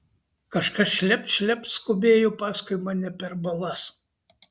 kažkas šlept šlept skubėjo paskui mane per balas